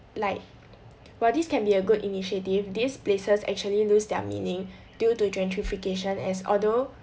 like while this can be a good initiative this places actually lose their meaning due to gentrification as although